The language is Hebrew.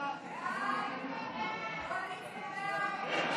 להעביר